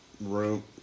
room